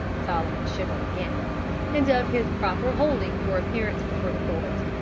solomon shivered again and of his proper holding for appearance before the court.